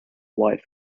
wide